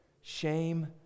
shame